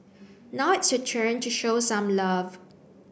now it's your turn to show some love